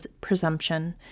presumption